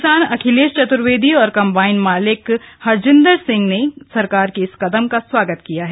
किसान अखिलेश चतुर्वेदी और कंबाइन मालिक हरजिंदर सिंह ने सरकार के इस कदम का स्वागत किया है